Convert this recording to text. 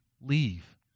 leave